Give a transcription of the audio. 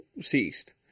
ceased